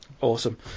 Awesome